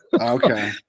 Okay